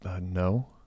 no